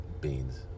beans